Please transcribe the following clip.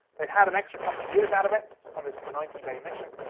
they'd had an extra couple of years out of it on this ninety day mission,